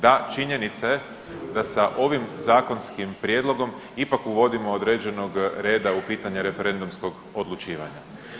Da, činjenica je da sa ovim zakonskim prijedlogom ipak uvodimo određenog reda u pitanje referendumskog odlučivanja.